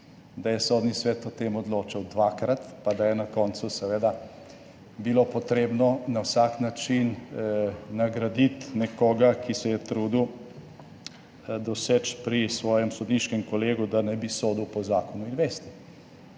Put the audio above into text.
da je Sodni svet o tem odločal dvakrat in da je bilo na koncu seveda treba na vsak način nagraditi nekoga, ki se je trudil doseči pri svojem sodniškem kolegu, da ne bi sodil po zakonu in vesti.